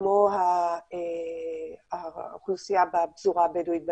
כמו האוכלוסייה בפזורה הבדואית בדרום.